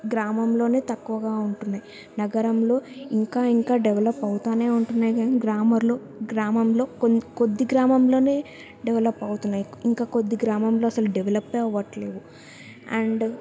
గ్రామంలోనే తక్కువగా ఉంటున్నాయి నగరంలో ఇంకా ఇంకా డెవలప్ అవుతూనే ఉంటున్నాయి కానీ గ్రామర్లో గ్రామంలో కొల్ కొద్ది గ్రామంలోనే డెవలప్ అవుతున్నాయి ఇంకా కొద్ది గ్రామంలో అసలు డెవలప్పే అవ్వటం లేదు అండ్